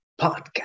podcast